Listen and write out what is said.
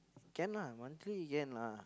can lah monthly can lah